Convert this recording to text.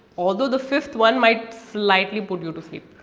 although, the fifth one might slightly put you to sleep.